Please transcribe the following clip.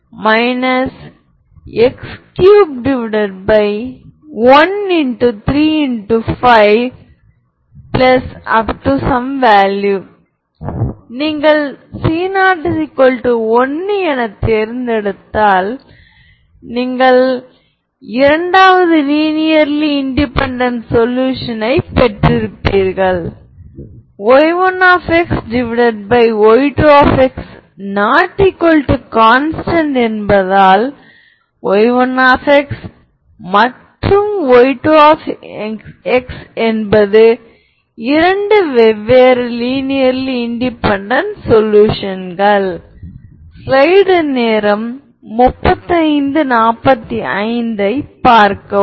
எனவே நாம் Lf gf Lg for all fxg இந்த டிஃபரெண்சியல் ஆபரேட்டர் L என்பது நமது மேட்ரிக்ஸ்ப் போலவே self adjoint A Hermitian என்றால் அதாவது A A ஐ மேட்ரிக்ஸ் மூலம் நேரடியாகச் சரிபார்க்கலாம்